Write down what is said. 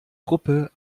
gruppe